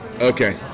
Okay